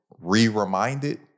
re-reminded